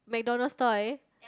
MacDonald's toy